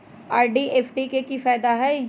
RD आ FD के कि फायदा हई?